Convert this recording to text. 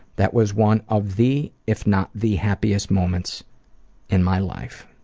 that was one of the, if not the, happiest moments in my life.